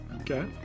Okay